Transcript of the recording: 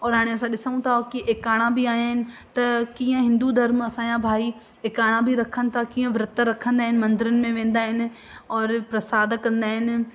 और हाणे असां ॾिसूं था की एकाणा बि आहिनि त कीअं हिंदू धर्म असांजा भाई एकाणा बि रखनि था कीअं विर्तु रखंदा आहिनि मंदरनि में वेंदा आहिनि और प्रसादु कंदा आहिनि